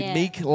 meek